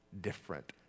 different